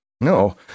No